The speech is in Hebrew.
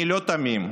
אני לא תמים,